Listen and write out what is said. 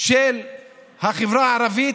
של החברה הערבית,